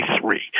three